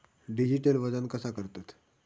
Digital वजन कसा करतत?